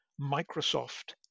Microsoft